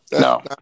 No